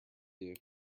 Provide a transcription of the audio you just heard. you